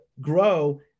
grow